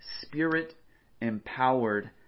spirit-empowered